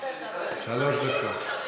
שלוש דקות.